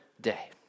day